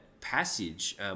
passage –